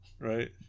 right